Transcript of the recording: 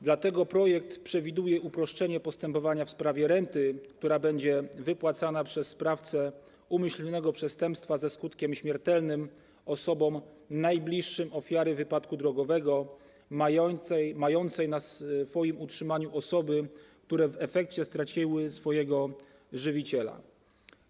Dlatego projekt przewiduje uproszczenie postępowania w sprawie renty, która będzie wypłacana przez sprawcę umyślnego przestępstwa ze skutkiem śmiertelnym osobom najbliższym dla ofiary wypadku drogowego, mającej na utrzymaniu osoby, które w efekcie straciły żywiciela.